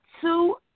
two